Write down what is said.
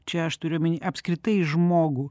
čia aš turiu omeny apskritai žmogų